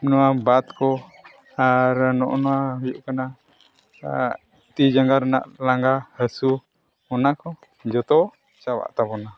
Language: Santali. ᱱᱚᱣᱟ ᱵᱟᱛ ᱠᱚ ᱟᱨ ᱱᱚᱜᱼᱚᱸᱭ ᱱᱚᱣᱟ ᱦᱩᱭᱩᱜ ᱠᱟᱱᱟ ᱟᱨ ᱛᱤ ᱡᱟᱸᱜᱟ ᱨᱮᱱᱟᱜ ᱞᱟᱸᱜᱟ ᱦᱟᱹᱥᱩ ᱚᱱᱟ ᱠᱚ ᱡᱚᱛᱚ ᱪᱟᱵᱟᱜ ᱛᱟᱵᱚᱱᱟ